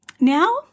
Now